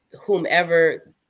whomever